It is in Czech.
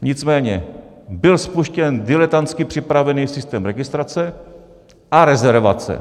Nicméně byl spuštěn diletantsky připravený systém registrace a rezervace.